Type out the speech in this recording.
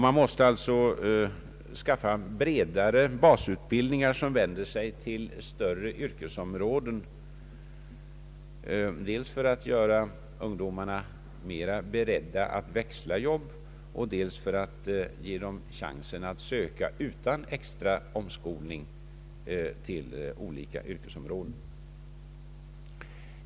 Man måste skapa en bredare basutbildning, som vänder sig till större yrkesområden, dels för att göra ungdomarna mera beredda att växla arbete, dels för att ge dem chans att utan extra omskolning söka till olika yrkesområden.